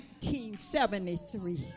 1973